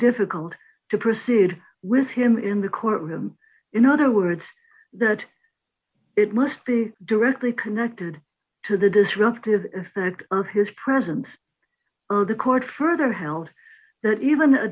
difficult to proceed with him in the court room in other words that it must be directly connected to the disruptive effect of his presence on the court further held that even a